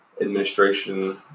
administration